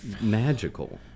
magical